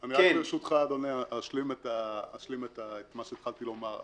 ברשותך, אדוני, אשלים את מה שהתחלתי לומר.